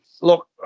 Look